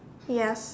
yes